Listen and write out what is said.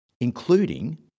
including